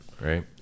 right